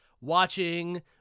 watching